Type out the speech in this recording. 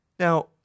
Now